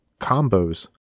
combos